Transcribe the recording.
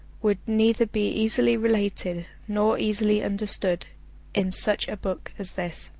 would neither be easily related nor easily understood in such a book as this.